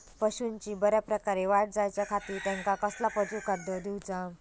पशूंची बऱ्या प्रकारे वाढ जायच्या खाती त्यांका कसला पशुखाद्य दिऊचा?